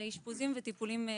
של אשפוזים ושל טיפולים חוזרים.